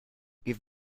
give